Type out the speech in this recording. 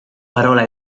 parola